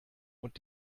und